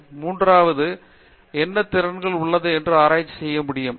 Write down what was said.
மற்றும் மூன்றாவது என்ன திறன்கள் உள்ளது என்று ஆராய்ச்சி செய்ய முடியும்